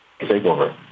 takeover